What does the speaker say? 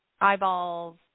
eyeballs